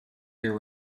cedar